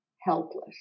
helpless